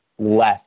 less